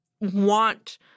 want